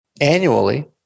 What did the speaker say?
annually